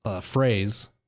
phrase